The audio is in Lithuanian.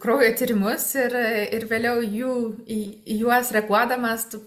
kraujo tyrimus ir ir vėliau jų į į juos reaguodamas tu